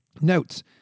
notes